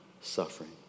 suffering